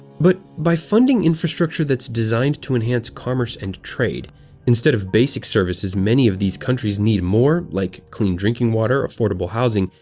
but, by funding infrastructure that's designed to enhance commerce and trade instead of basic services many of these countries need more, like clean drinking water, affordable housing,